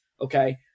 okay